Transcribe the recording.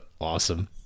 awesome